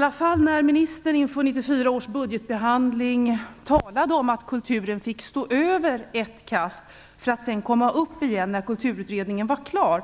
När kulturministern inför 1994 års budgetbehandling talade om att kulturen fick stå över ett kast för att sedan komma igen när Kulturutredningen var klar,